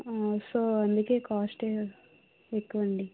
so అందుకే cost ఎక్కువ అండి